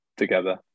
together